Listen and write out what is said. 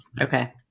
Okay